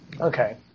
Okay